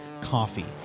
coffee